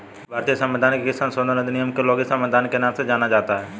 भारतीय संविधान के किस संशोधन अधिनियम को लघु संविधान के नाम से जाना जाता है?